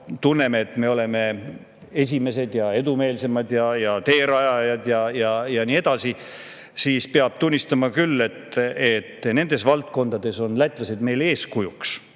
et me oleme esimesed, edumeelsemad, teerajajad ja nii edasi, kuid peab tunnistama, et nendes valdkondades on lätlased meile eeskujuks.